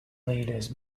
leaders